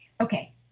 Okay